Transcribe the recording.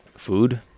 food